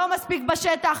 לא מספיק בשטח,